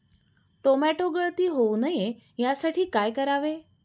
Tomato गळती होऊ नये यासाठी काय करावे?